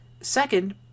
Second